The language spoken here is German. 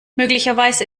möglicherweise